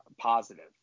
positive